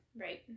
right